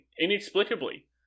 inexplicably